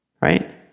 Right